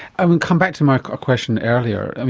i come back to my question earlier.